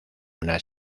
una